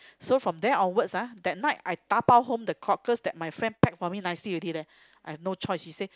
so from then onwards ah that night I dabao home the cockles that my friend pack for me nicely already leh I have no choice she say